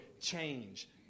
change